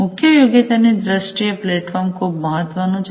મુખ્ય યોગ્યતાની દ્રષ્ટિએ પ્લેટફોર્મ ખૂબ મહત્વપૂર્ણ છે